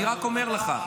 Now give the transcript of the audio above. אני רק אומר לך,